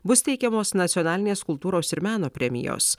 bus teikiamos nacionalinės kultūros ir meno premijos